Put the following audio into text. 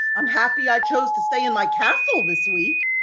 i'm happy i chose to stay in my castle this week.